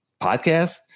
podcast